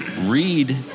read